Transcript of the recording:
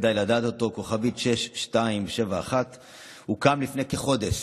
כדאי לדעת אותו, 6271* הוקם לפני כחודש,